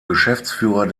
geschäftsführer